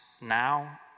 now